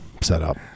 setup